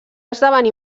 esdevenir